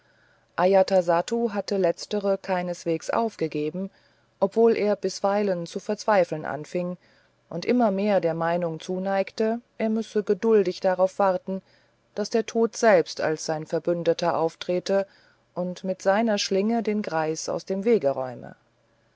hatte letztere keineswegs aufgegeben obwohl er bisweilen zu verzweifeln anfing und immer mehr der meinung zuneigte er müsse geduldig darauf warten daß der tod selbst als sein verbündeter auftrete und mit seiner schlinge den greis aus dem wege räume